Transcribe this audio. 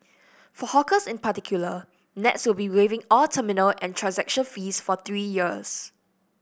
for hawkers in particular Nets will be waiving all terminal and transaction fees for three years